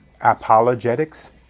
Apologetics